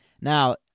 Now